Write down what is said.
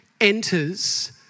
enters